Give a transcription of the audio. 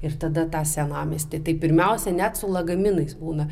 ir tada tą senamiestį tai pirmiausia net su lagaminais būna